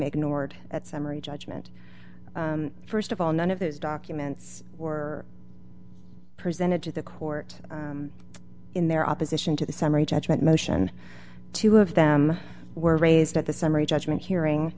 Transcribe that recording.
ignored that summary judgment first of all none of those documents were presented to the court in their opposition to the summary judgment motion two of them were raised at the summary judgment hearing